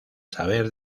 saber